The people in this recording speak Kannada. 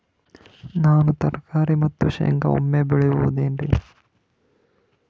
ನಾನು ತರಕಾರಿ ಮತ್ತು ಶೇಂಗಾ ಒಮ್ಮೆ ಬೆಳಿ ಬಹುದೆನರಿ?